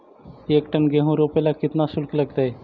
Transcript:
एक टन गेहूं रोपेला केतना शुल्क लगतई?